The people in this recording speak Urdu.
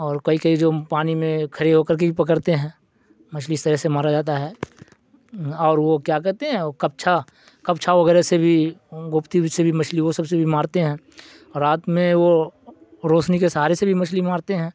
اور کئی کئی جو پانی میں کھڑے ہو کر کے ہی پکڑتے ہیں مچھلی اس طرح سے مارا جاتا ہے اور وہ کیا کہتے ہیں کپچھا کپچھا وغیرہ سے بھی گوپتی سے بھی مچھلی وہ سب سے بھی مارتے ہیں رات میں وہ روشنی کے سہارے سے بھی مچھلی مارتے ہیں